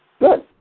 Good